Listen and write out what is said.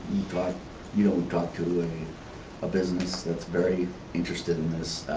but you know talked to a business that's very interested in this.